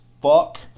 fuck